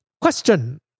Question